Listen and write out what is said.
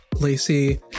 Lacey